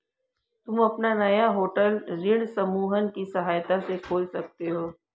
तुम अपना नया होटल ऋण समूहन की सहायता से खोल सकते हो